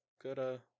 Good